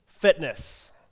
fitness